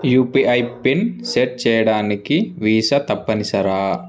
UPI pin set చేయడానికి visa తప్పనిసరా